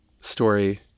story